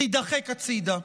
תידחק הצידה.